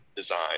design